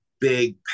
big